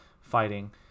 fighting